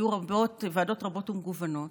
היו ועדות רבות ומגוונות,